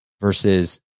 versus